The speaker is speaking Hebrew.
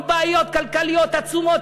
עם בעיות כלכליות עצומות,